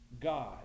God